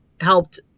helped